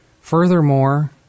Furthermore